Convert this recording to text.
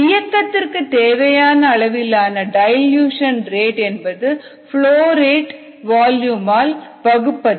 இயக்கத்திற்கு தேவை அளவிலான டைல்யூஷன் ரேட் என்பது ப்லோ ரேட் வால்யூமால் வகுப்பது